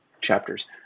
chapters